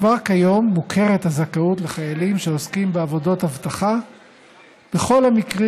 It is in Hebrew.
כבר כיום מוכרת הזכאות לחיילים שעוסקים בעבודות אבטחה בכל המקרים